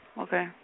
Okay